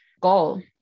goal